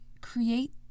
create